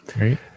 Right